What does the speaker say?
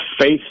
faith